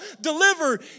deliver